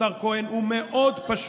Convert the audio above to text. השר כהן, הוא מאוד פשוט.